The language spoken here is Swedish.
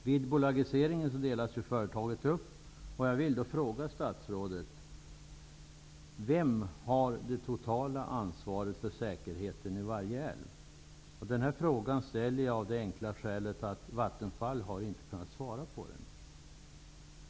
Vid bolagiseringen delas företaget upp. Denna fråga ställer jag av det enkla skälet att Vattenfall inte har kunna svara på den.